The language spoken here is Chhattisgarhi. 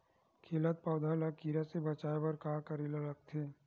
खिलत पौधा ल कीरा से बचाय बर का करेला लगथे?